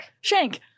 Shank